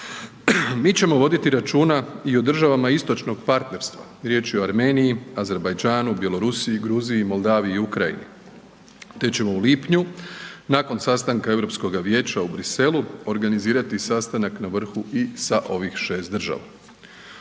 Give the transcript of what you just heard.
Mi ćemo voditi računa i o državama istočnog partnerstva, riječ je o Armeniji, Azerbajdžanu, Bjelorusiji, Gruziji, Moldaviji i Ukrajini te ćemo u lipnju, nakon sastanka EU vijeća u Bruxellesu organizirati sastanak na vrhu i sa ovih 6 država.